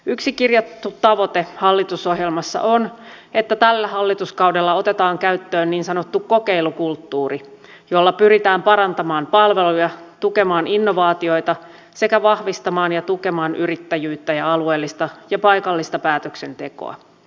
yksi kirjattu tavoite hallitusohjelmassa on että tällä hallituskaudella otetaan käyttöön niin sanottu kokeilukulttuuri jolla pyritään parantamaan palveluja tukemaan innovaatioita sekä vahvistamaan ja tukemaan yrittäjyyttä ja alueellista ja paikallista päätöksentekoa